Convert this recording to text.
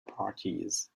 parties